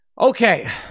Okay